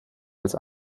als